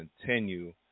continue